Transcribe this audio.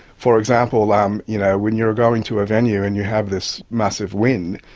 for example, um you know when you are going to a venue and you have this massive win,